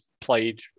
played